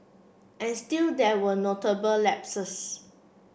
and still there were notable lapses